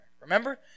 Remember